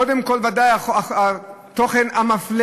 קודם כול, ודאי התוכן המפלה,